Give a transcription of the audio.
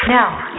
Now